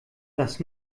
das